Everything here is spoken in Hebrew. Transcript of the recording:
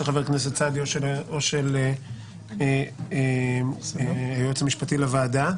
חבר הכנסת סעדי או של היועץ המשפטי לוועדה,